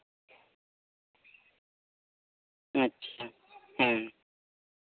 ᱟᱪᱪᱷᱟ ᱦᱮᱸ